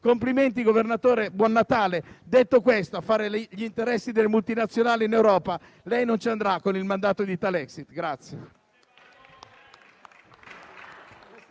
Complimenti governatore, buon Natale! Detto questo, a fare gli interessi delle multinazionali in Europa non ci andrà con il mandato di Italexit.